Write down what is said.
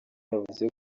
yavuze